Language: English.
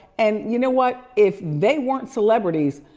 and you know what? if they weren't celebrities,